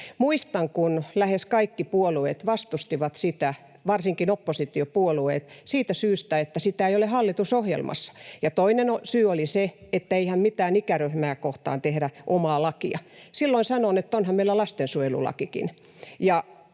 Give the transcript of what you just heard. Muistan, kun lähes kaikki puolueet vastustivat sitä, varsinkin oppositiopuolueet, siitä syystä, että sitä ei ole hallitusohjelmassa. Ja toinen syy oli se, että eihän mitään ikäryhmää kohtaan tehdä omaa lakia. Silloin sanoin, että onhan meillä lastensuojelulakikin.